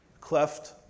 Cleft